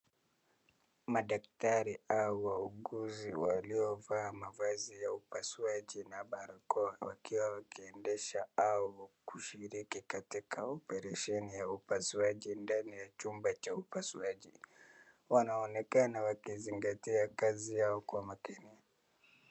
Madaktari au wauguzi waliovaa mavazi ya upasuaji na barakoa wakiwa wakiendesha au kushiriki katika operesheni ya upasuaji ndani ya chumba cha upasuaji. Wanaonekana wakizingatia kazi yao kwa makini.